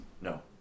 No